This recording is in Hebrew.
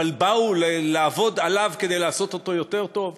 אבל באו לעבוד עליו כדי לעשות אותו יותר טוב,